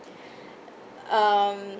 um